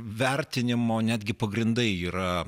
vertinimo netgi pagrindai yra